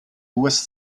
west